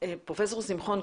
פרופסור שמחון,